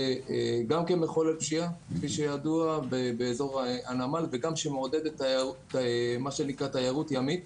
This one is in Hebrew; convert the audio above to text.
גם כמחולל פשיעה באזור הנמל וגם מעודדת תיירות ימית.